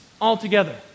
altogether